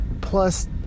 Plus